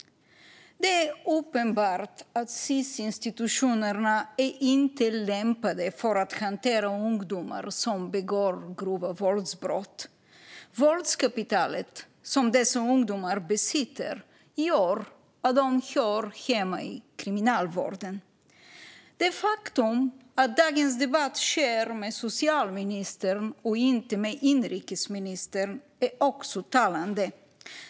Det är uppenbart att Sis-institutionerna inte är lämpade att hantera ungdomar som begår grova våldsbrott. Våldskapitalet som dessa ungdomar besitter gör att de hör hemma i Kriminalvården. Det faktum att dagens debatt sker med socialministern och inte med inrikesministern är också talande.